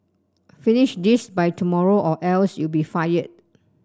finish this by tomorrow or else you be fired